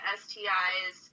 stis